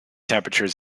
temperatures